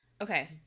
Okay